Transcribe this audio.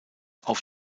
auf